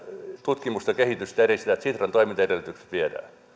tutkimusta ja kehitystä edistetään että sitran toimintaedellytykset viedään